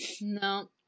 no